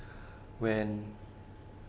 when